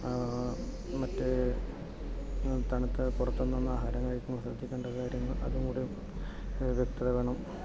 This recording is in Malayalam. മറ്റേ തണുത്ത പുറത്തുനിന്നുള്ള ആഹാരം കഴിക്കുമ്പോൾ ശ്രദ്ധിക്കേണ്ട കാര്യങ്ങൾ അതുകൂടി വ്യക്തത വേണം